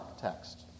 text